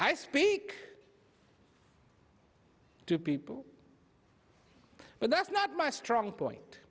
i speak to people but that's not my strong point